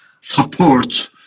support